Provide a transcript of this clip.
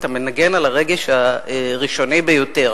אתה מנגן על הרגש הראשוני ביותר.